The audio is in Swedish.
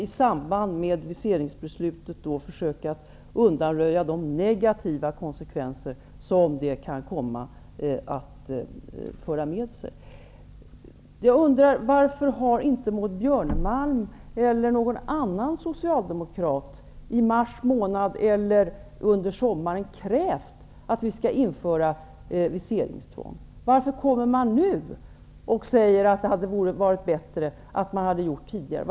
I samband med viseringsbeslutet har vi försökt att undanröja de negativa konsekvenser som det kan komma att föra med sig. Varför har inte Maud Björnemalm eller någon annan socialdemokrat i mars månad eller under sommaren krävt att viseringstvånget skall införas? Varför kommer ni nu och säger att det hade varit bättre att införa det tidigare?